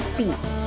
peace